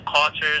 cultures